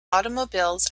automobiles